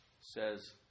says